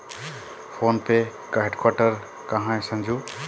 Phone पे का headquarter कहां है संजू?